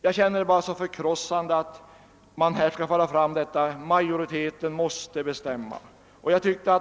Man upplever det bara så förkrossande att det hela tiden sägs, att det är majoriteten som skall bestämma.